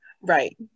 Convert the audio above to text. Right